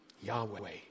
Yahweh